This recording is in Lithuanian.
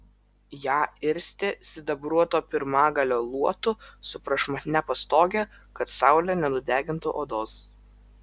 ją irstė sidabruoto pirmagalio luotu su prašmatnia pastoge kad saulė nenudegintų odos